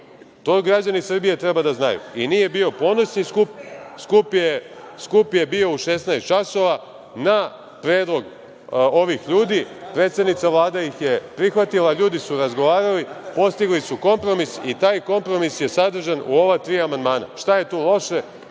to građani Srbije treba da znaju. I nije bio ponoćni skup, skup je bio u 16.00 časova na predlog ovih ljudi. Predsednica Vlade ih je prihvatila. Ljudi su razgovarali, postigli su kompromis i taj kompromis je sadržan u ova tri amandmana. Šta je tu loše,